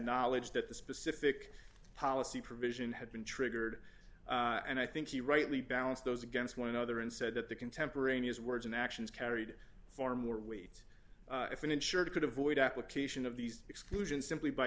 knowledge that the specific policy provision had been triggered and i think he rightly balanced those against one another and said that the contemporaneous words and actions carried far more weight if an insured could avoid application of these exclusions simply by